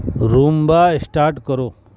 رومبا start کرو